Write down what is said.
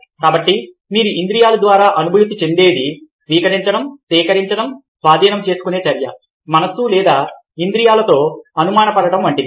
కాబట్టి మీరు ఇంద్రియాల ద్వారా అనుభూతి చెందేది స్వీకరించడం సేకరించడం స్వాధీనం చేసుకునే చర్య మనస్సు లేదా ఇంద్రియాలతో అనుమాన పడటం వంటిది